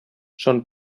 són